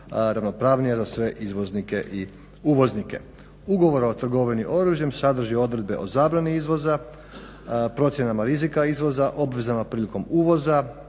ravnopravnija za sve izvoznike i uvoznike. Ugovor o trgovini oružjem sadrži odredbe o zabrani izvoza, procjenama rizika izvoza, obvezama prilikom uvoza,